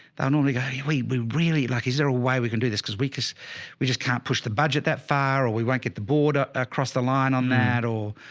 normally go, we we really like, is there a way we can do this cause we, cause we just can't push the budget that far or we won't get the border across the line on that or,